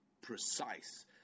precise